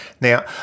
Now